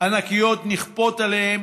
נכפות עליהן,